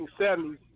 1970s